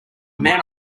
man